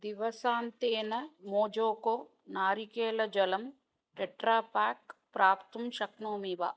दिवसान्तेन मोजोको नारिकेलजलम् टेट्रा पाक् प्राप्तुं शक्नोमि वा